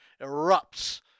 erupts